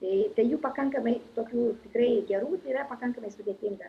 tai jų pakankamai tokių tikrai gerų yra pakankamai sudėtinga